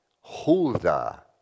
Hulda